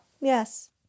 yes